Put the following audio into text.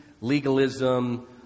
legalism